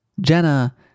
Jenna